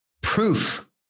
proof